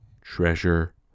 Treasure